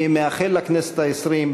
אני מאחל לכנסת העשרים,